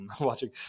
watching